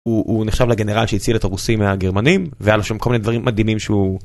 הוא-הוא נחשב לגנרל שהציל את הרוסים מהגרמנים, והיה לו שם כל מיני דברים מדהימים שהוא...